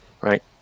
right